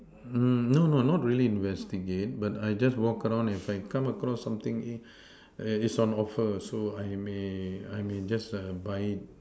no no not really investigate but I just walk around if I come across something it's on offer so I may I may just buy